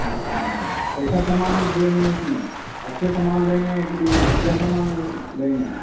कैसा सामान देंगे उसमे अच्छे सामान देंगे कि घटिया सामान उ देंगे